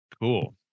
Cool